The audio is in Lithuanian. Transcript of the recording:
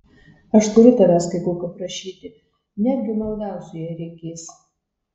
aš turiu tavęs kai ko paprašyti netgi maldausiu jei reikės